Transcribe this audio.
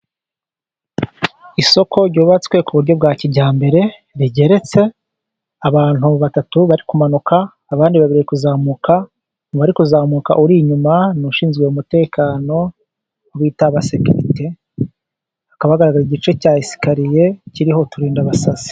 Isoko ryubatswe ku buryo bwa kijyambere rigeretse, abantu batatu bari kumanuka, abandi babiri bari kuzamuka. Mu bari kuzamuka uri inyuma n'ushinzwe umutekano, babita abasekirite hakaba hagaragara igice cya esikariye kiriho uturindabasazi.